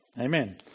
Amen